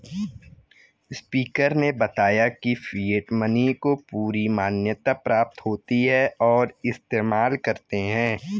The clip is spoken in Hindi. स्पीकर ने बताया की फिएट मनी को पूरी मान्यता प्राप्त होती है और इस्तेमाल करते है